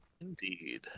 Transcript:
Indeed